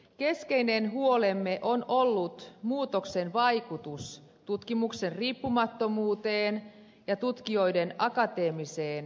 keskeinen huolemme on ollut muutoksen vaikutus tutkimuksen riippumattomuuteen ja tutkijoiden akateemiseen vapauteen